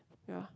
yeah